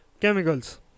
chemicals